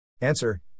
Answer